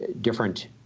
different